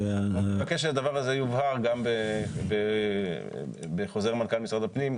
נבקש שהדבר הזה יובהר גם בחוזר מנכ"ל משרד הפנים,